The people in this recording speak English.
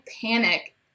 panic